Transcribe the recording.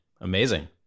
Amazing